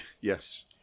Yes